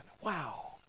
Wow